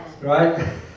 right